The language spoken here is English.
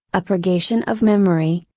a purgation of memory,